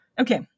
okay